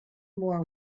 more